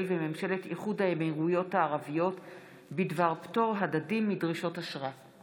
לממשלת איחוד האמירויות הערביות בדבר פטור הדדי מדרישות אשרה.